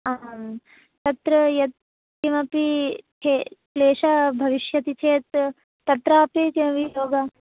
आं तत्र यत्किमपि क्लेषः भविष्यति चेत् तत्रापि किमपि योग